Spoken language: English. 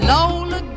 Lola